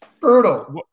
brutal